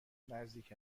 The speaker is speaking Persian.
نزدیک